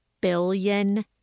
billion